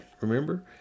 Remember